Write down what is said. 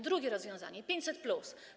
Drugie rozwiązanie: 500+.